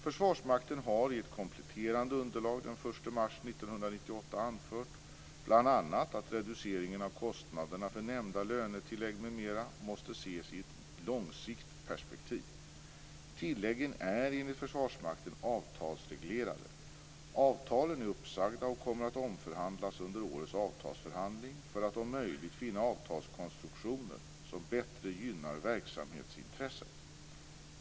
Försvarsmakten har i ett kompletterande underlag den 1 mars 1998 anfört bl.a. att reducering av kostnaderna för nämnda lönetillägg m.m. måste ses i ett långsiktigt perspektiv. Tilläggen är enligt Försvarsmakten avtalsreglerade. Avtalen är uppsagda och kommer att omförhandlas under årets avtalsförhandling för att om möjligt finna avtalskonstruktioner som bättre gynnar verksamhetsintresset.